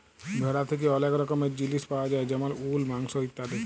ভেড়া থ্যাকে ওলেক রকমের জিলিস পায়া যায় যেমল উল, মাংস ইত্যাদি